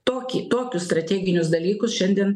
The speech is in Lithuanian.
tokį tokius strateginius dalykus šiandien